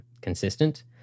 consistent